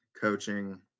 coaching